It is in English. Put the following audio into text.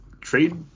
trade